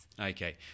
Okay